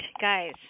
guys